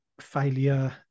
failure